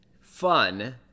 fun